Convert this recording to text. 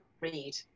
read